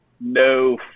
no